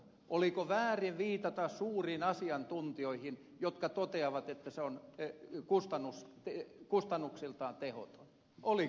oliko väärin viitata suuriin asiantuntijoihin jotka toteavat että se on kustannuksiltaan tehoton oliko